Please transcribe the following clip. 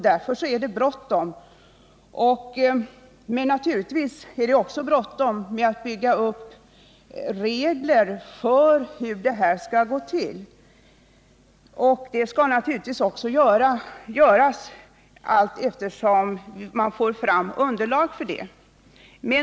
Därför är det bråttom. Men naturligtvis är det också bråttom med att bygga upp regler för hur detta skall gå till. Det skall givetvis också göras allteftersom man får fram underlag.